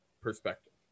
perspective